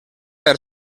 per